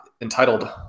entitled